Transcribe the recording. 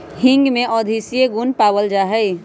हींग में औषधीय गुण पावल जाहई